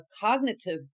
cognitive